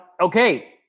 Okay